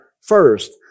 first